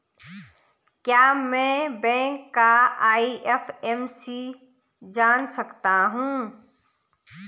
क्या मैं बैंक का आई.एफ.एम.सी जान सकता हूँ?